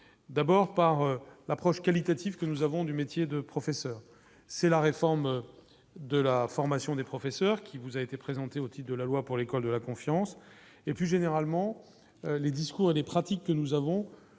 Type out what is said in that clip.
d'abord par l'approche qualitative que nous avons du métier de professeur, c'est la réforme de la formation des professeurs qui vous a été présenté au type de la loi pour l'école de la confiance et plus généralement les 10. à des pratiques que nous avons